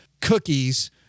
cookies